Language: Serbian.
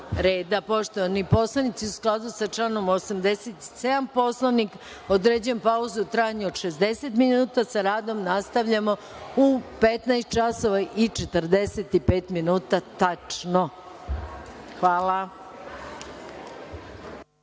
reda. Poštovani poslanici, u skladu sa članom 87. Poslovnika, određujem pauzu u trajanju od 60 minuta i sa radom nastavljamo u 15.45 minuta. Hvala.(Posle